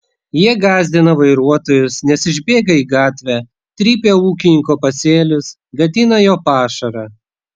jie gąsdina vairuotojus nes išbėga į gatvę trypia ūkininko pasėlius gadina jo pašarą